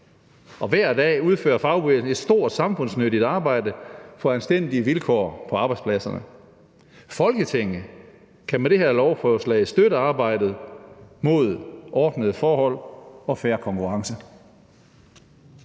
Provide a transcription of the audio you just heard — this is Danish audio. Hver dag udfører fagbevægelsen et stort samfundsnyttigt arbejde for anstændige vilkår på arbejdspladserne. Folketinget kan med det her lovforslag støtte arbejdet for at sikre ordnede forhold og fair konkurrence.